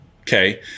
okay